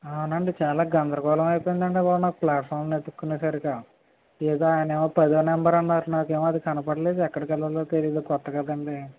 అవునండీ చాలా గందరగోళం అయిపోయింది అండి బాబు నాకు ప్లాట్ఫారంలు వేతుక్కునేసరికి ఏదో ఆయనేమో పదో నంబర్ అన్నారు నాకు ఏమో అది కనపడలేదు ఎక్కడికి వెళ్ళాలో తెలీలేదు కొత్త కదండి